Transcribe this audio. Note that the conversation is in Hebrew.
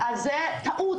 אז זו טעות.